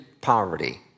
poverty